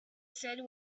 said